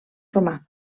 romà